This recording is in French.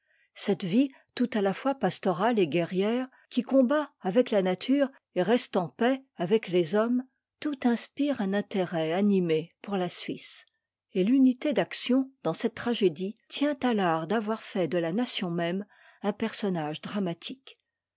cette vie tout à la fois pastorale et guerrière qui combat avec la nature et reste en paix avec les hommes tout inspire un intérêt animé pour la suisse et l'unité d'action dans cette tragédie tient à l'art d'avoir fait de la nation même un personnage dramatique